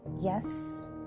Yes